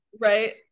right